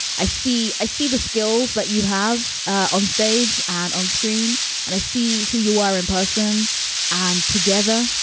i see. i see the skills that you have onstage and on screen and i see who you are in person and together.